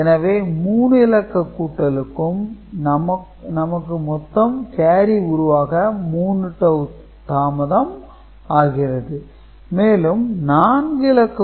எனவே 3 இலக்க கூட்டலுக்கும் நமக்கு மொத்தம் கேரி உருவாக 3 டவூ தாமதம் ஆகிறது